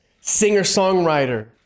singer-songwriter